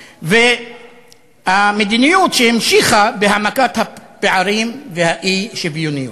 והמדיניות שהמשיכה בהעמקת הפערים והאי-שוויוניות.